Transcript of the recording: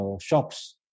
shops